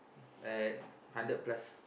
and hundred plus